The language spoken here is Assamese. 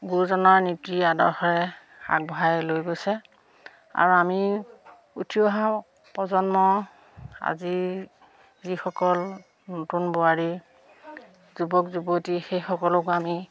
গুৰুজনাৰ নীতি আদৰ্শৰে আগবঢ়াই লৈ গৈছে আৰু আমি উঠি অহা প্ৰজন্ম আজি যিসকল নতুন বোৱাৰী যুৱক যুৱতী সেইসকলকো আমি